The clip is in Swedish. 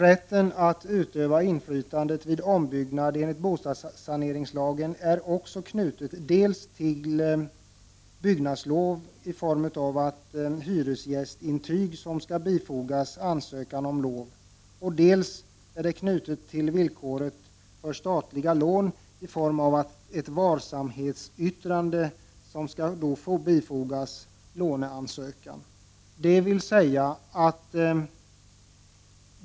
Rätten att utöva inflytandet vid ombyggnad enligt bostadssaneringslagen är också knuten dels till byggnadslov i form av ett hyresgästintyg som skall bifogas ansökan om lov, dels till villkoret för statliga lån i form av ett varsamhetsyttrande som skall bifogas låneansökan.